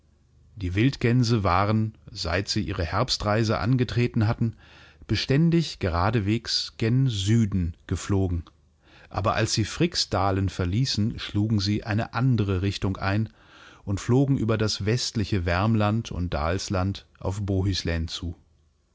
die wildgänse waren seit sie ihre herbstreise angetreten hatten beständig geradeswegsgensüdengeflogen aberalssiefryksdalenverließen schlugen sie eine andere richtung ein und flogen über das westliche värmland und dalsland auf bohuslän zu